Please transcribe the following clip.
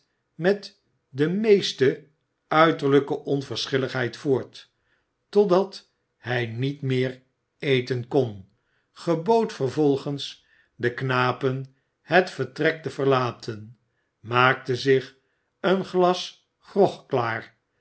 met de meeste uiterlijke onverschilligheid voort totdat hij niet meer eten kon gebood vervolgens de knapen het vertrek te verlaten maakte zich een glas grog klaar